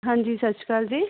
ਹਾਂਜੀ ਸਤਿ ਸ਼੍ਰੀ ਅਕਾਲ ਜੀ